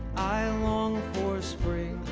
i long for spring